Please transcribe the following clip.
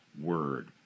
Word